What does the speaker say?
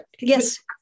yes